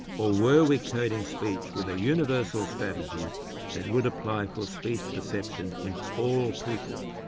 or were we coding speech with a universal strategy that would apply for speech perception in all people?